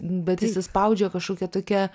bet įsispaudžia kažkokia tokia